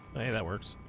hey that works